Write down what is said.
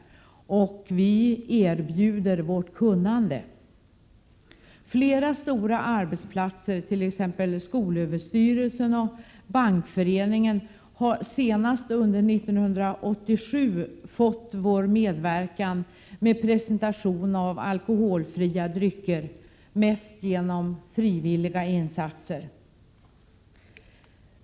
Vi erbjuder vårt kunnande. Flera stora arbetsplatser, t.ex. skolöverstyrelsen och Bankföreningen, har senast under 1987 fått vår medverkan med presentation av alkoholfria drycker, mest genom frivilliga insatser.